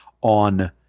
on